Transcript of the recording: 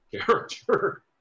character